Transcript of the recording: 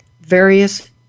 various